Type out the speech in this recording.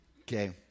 okay